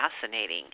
fascinating